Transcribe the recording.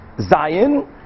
Zion